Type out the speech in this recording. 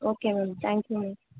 okay ma'am thank you ma'am